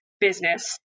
business